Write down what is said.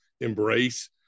embrace